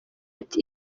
ati